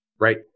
right